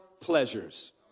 pleasures